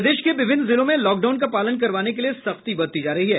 प्रदेश के विभिन्न जिलों में लॉकडाउन का पालन करवाने के लिये सख्ती बरती जा रही है